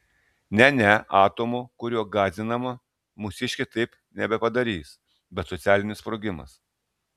ne ne atomo kuriuo gąsdinama mūsiškė taip nebepadarys bet socialinis sprogimas